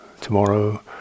tomorrow